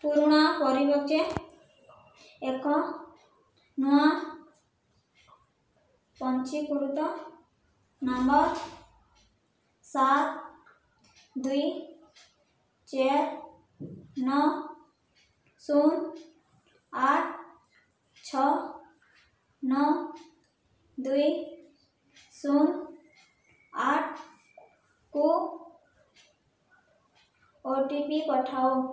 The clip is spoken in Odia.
ପୁରୁଣା ପରିବର୍ତ୍ତେ ଏକ ନୂଆ ପଞ୍ଜୀକୃତ ନମ୍ବର୍ ସାତ ଦୁଇ ଚାରି ନଅ ଶୂନ ଆଠ ଛଅ ନଅ ଦୁଇ ଶୂନ ଆଠକୁ ଓ ଟି ପି ପଠାଅ